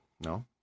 No